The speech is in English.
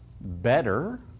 better